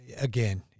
again